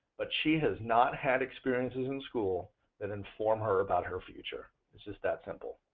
but she has not had experiences in school that inform her about her future this is that's simple.